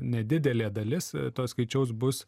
nedidelė dalis to skaičiaus bus